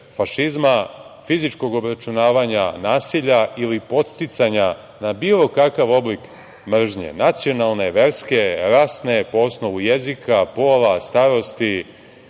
fašizma, fizičkog obračunavanja, nasilja ili podsticanja na bilo kakav oblik mržnje, nacionalne, verske, rasne, po osnovu jezika, pola, starosti,